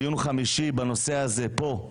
בדיון חמישי בנושא הזה פה,